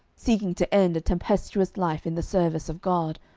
seeking to end a tempestuous life in the service of god,